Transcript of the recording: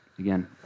Again